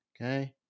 Okay